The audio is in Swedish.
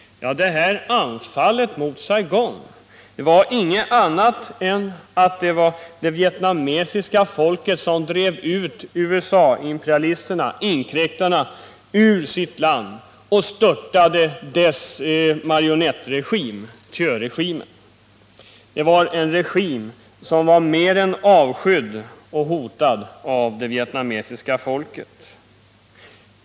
Ja, det här ”anfallet mot Saigon” var inget annat än att det vietnamesiska folket drev ut USA-imperialisterna, inkräktarna, ur sitt land och störtade dess marionettregim, Thieuregimen. Det var en regim som var mer än avskydd och hatad av det vietnamesiska folket.